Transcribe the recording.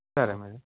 సరే మేడమ్